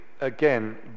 again